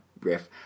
riff